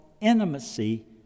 intimacy